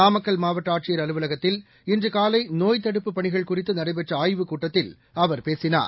நாமக்கல் மாவட்டஆட்சியர் அலுவலகத்தில் இன்றுகாலைநோய்த் தடுப்புப் பணிகள் குறித்துநடைபெற்றஆய்வுக் கூட்டத்தில் அவர் பேசினார்